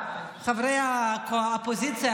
חברי האופוזיציה,